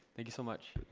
thank you so much.